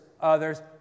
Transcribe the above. others